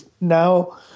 Now